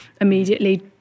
immediately